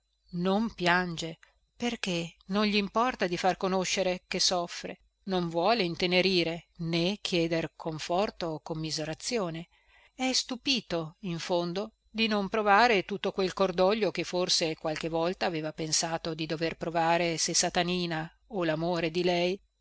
non piange perché non glimporta di far conoscere che soffre non vuole intenerire né chieder conforto o commiserazione è stupito in fondo di non provare tutto quel cordoglio che forse qualche volta aveva pensato di dover provare se satanina o lamore di lei